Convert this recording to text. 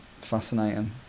fascinating